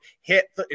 hit